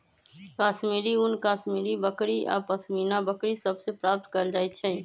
कश्मीरी ऊन कश्मीरी बकरि आऽ पशमीना बकरि सभ से प्राप्त कएल जाइ छइ